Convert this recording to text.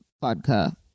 vodka